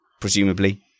presumably